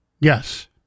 Yes